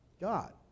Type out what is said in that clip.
God